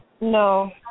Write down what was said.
No